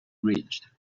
rich